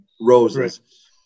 roses